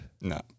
No